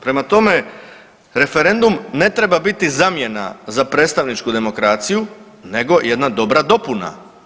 Prema tome, referendum ne treba biti zamjena za predstavničku demokraciju nego jedna dopuna.